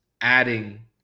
adding